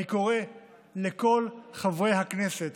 אני קורא לכל חברי הכנסת